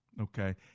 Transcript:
okay